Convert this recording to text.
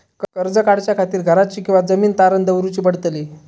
कर्ज काढच्या खातीर घराची किंवा जमीन तारण दवरूची पडतली?